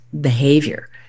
behavior